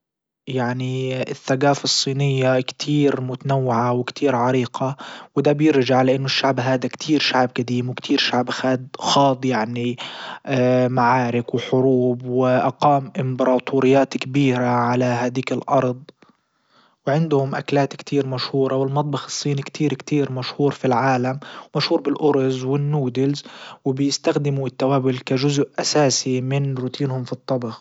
يعني الثجافة الصينية كتير متنوعة وكتير عريقة ودا بيرجع لانه الشعب هادا كتير شعب جديم وكتير شعب خاض يعني معارك وحروب واقام امبراطوريات كبيرة على هديك الارض. وعندهم اكلات كتير مشهورة والمطبخ الصين كتير كتير مشهور في العالم ومشهور بالارز والنودلز وبيستخدموا التوابل كجزء اساسي من روتينهم في الطبخ.